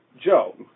Joe